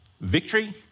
Victory